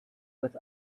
with